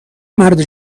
مرد